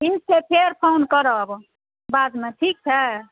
ठीक छै फेर फ़ोन करब बादमे ठीक छै